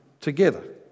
together